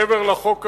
מעבר לחוק הזה,